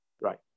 right